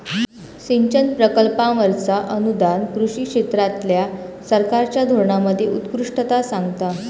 सिंचन प्रकल्पांवरचा अनुदान कृषी क्षेत्रातल्या सरकारच्या धोरणांमध्ये उत्कृष्टता सांगता